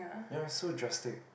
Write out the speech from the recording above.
there are so drastic